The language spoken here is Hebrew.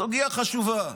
סוגיה חשובה,